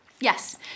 Yes